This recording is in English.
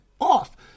off